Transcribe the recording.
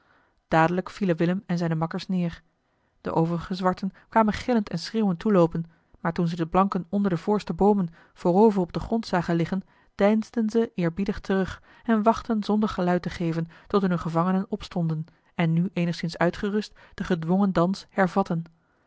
dadelijk vielen willem en zijne makkers neer de overige zwarten kwamen gillend en schreeuwend toeloopen maar toen ze de blanken onder de voorste boomen voorover op den grond zagen liggen deinsden ze eerbiedig terug en wachtten zonder geluid te geven tot hunne gevangenen opstonden en nu eenigszins uitgerust den gedwongen dans hervatten